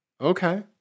Okay